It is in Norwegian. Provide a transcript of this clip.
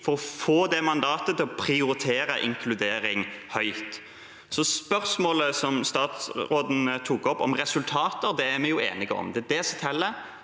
for å få et mandat til å prioritere inkludering høyt. Spørsmålet som statsråden tok opp, om resultater, er vi enige om,